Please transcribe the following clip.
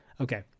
Okay